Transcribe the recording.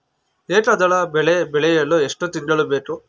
ಏಕದಳ ಬೆಳೆ ಬೆಳೆಯಲು ಎಷ್ಟು ತಿಂಗಳು ಬೇಕು?